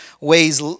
ways